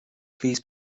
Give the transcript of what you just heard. plis